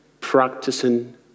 Practicing